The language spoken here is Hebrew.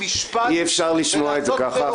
--- מנסחת משפט --- פייק ניוז --- אי אפשר לשמוע את זה ככה,